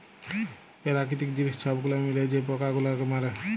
পেরাকিতিক জিলিস ছব গুলাল মিলায় যে পকা গুলালকে মারে